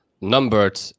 numbered